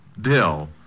Dill